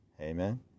Amen